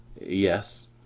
Yes